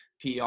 PR